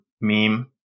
meme